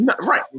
right